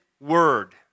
word